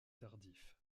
tardifs